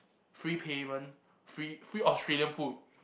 free payment free free Australian food